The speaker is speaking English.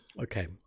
Okay